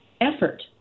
effort